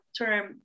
term